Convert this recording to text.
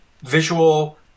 visual